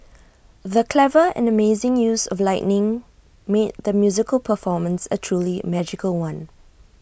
the clever and amazing use of lighting made the musical performance A truly magical one